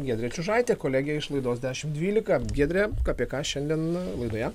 giedrė čiužaitė kolegė iš laidos dešim dvylika giedre apie ką šiandien laidoje